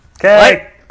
Okay